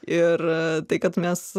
ir tai kad mes